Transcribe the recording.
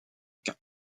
quint